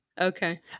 Okay